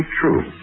true